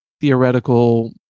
theoretical